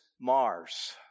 Mars